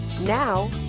Now